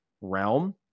realm